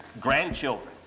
grandchildren